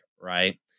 right